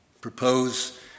propose